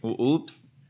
Oops